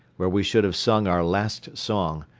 where we should have sung our last song.